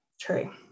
true